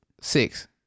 six